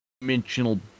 dimensional